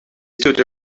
stood